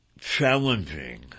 challenging